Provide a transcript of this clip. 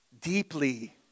deeply